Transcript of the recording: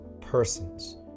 persons